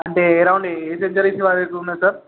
అంటే around a centuries వరకు ఉన్నాయి సార్